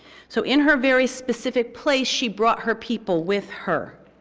so in her very specific place, she brought her people with her.